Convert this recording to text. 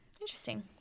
Interesting